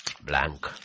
blank